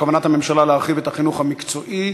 כוונת הממשלה להרחיב את החינוך המקצועי,